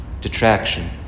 detraction